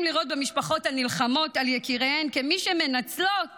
לראות במשפחות הנלחמות על יקיריהם כמי שמנצלות